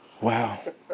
Wow